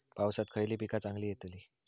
पावसात खयली पीका चांगली येतली?